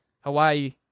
hawaii